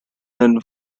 nun